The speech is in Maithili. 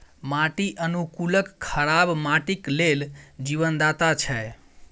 माटि अनुकूलक खराब माटिक लेल जीवनदाता छै